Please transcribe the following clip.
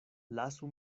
lasu